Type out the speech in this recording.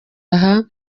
aha